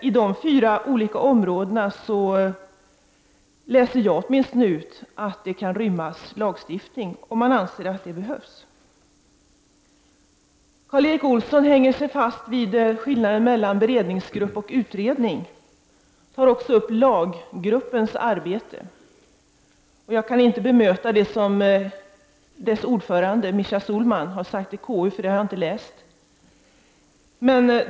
I de fyra olika områdena läser åtminstone jag in att lagstiftning kan inrymmas om man anser att det behövs. Karl Erik Olsson hänger sig fast vid skillnaden mellan beredningsgrupp och utredning. Han tar också upp frågan om laggruppens arbete. Jag kan inte bemöta det som dess ordförande Michael Sohlman har sagt i KU, för det har jag inte läst.